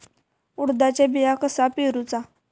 उडदाचा बिया कसा पेरूचा?